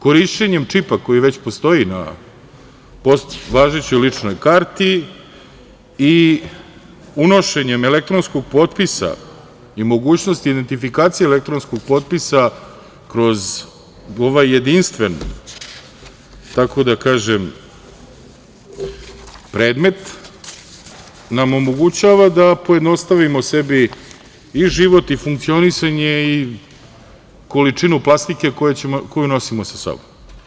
Korišćenjem čipa koji već postoji na važećoj ličnoj karti i unošenjem elektronskog potpisa i mogućnosti identifikacije elektronskog potpisa kroz ovaj jedinstven predmet nam omogućava da pojednostavimo sebi i život i funkcionisanje i količinu plastike koju nosimo sa sobom.